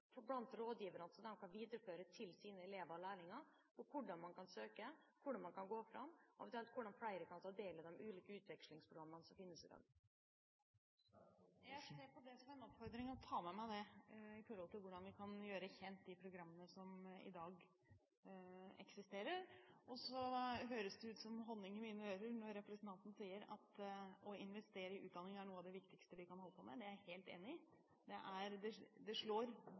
blant rådgiverne, slik at de kan videreføre til sine elever og lærlinger hvordan de kan søke, hvordan de kan gå fram, og hvordan flere kan ta del i de forskjellige utvekslingsprogrammene som finnes i dag. Jeg ser på det som en oppfordring og tar med meg det når det gjelder hvordan vi kan gjøre de programmene som eksisterer i dag, kjent. Så er det som honning for mine ører når representanten sier at å investere i utdanning er noe av det viktigste vi kan holde på med. Det er jeg helt enig i. Det slår stål og betong mange ganger, for kunnskap er